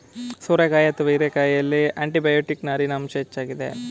ಸೋರೆಕಾಯಿ ಅಥವಾ ಹೀರೆಕಾಯಿಯಲ್ಲಿ ಆಂಟಿಬಯೋಟಿಕ್, ನಾರಿನ ಅಂಶ ಹೆಚ್ಚಾಗಿದೆ